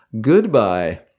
Goodbye